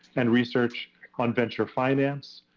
and researched on venture finance,